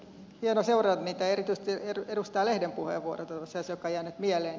erityisesti edustaja lehden puheenvuoro oli se joka jäi nyt mieleen